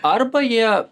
arba jie